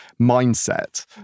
mindset